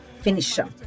finisher